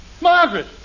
Margaret